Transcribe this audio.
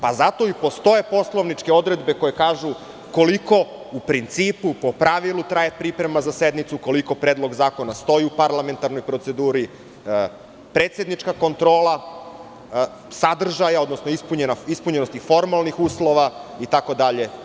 Zato i postoje i postoje poslovničke odredbe koje kažu koliko, u principu, po pravilu traje priprema za sednicu, koliko predlog zakona stoji u parlamentarnoj proceduri, predsednička kontrola sadržaja, odnosno ispunjenosti formalnih uslova itd.